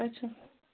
اَچھا